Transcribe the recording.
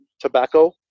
tobacco